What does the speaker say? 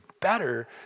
better